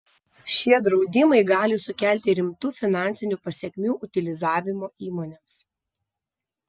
šie draudimai gali sukelti rimtų finansinių pasekmių utilizavimo įmonėms